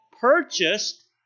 purchased